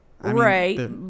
Right